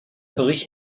bericht